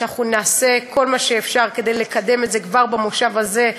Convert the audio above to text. שאנחנו נעשה כל מה שאפשר כדי לקדם את זה כבר במושב הזה,